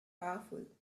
powerful